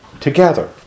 together